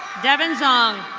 devon zong.